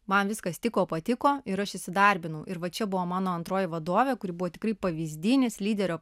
man viskas tiko patiko ir aš įsidarbinau ir va čia buvo mano antroji vadovė kuri buvo tikrai pavyzdinis lyderio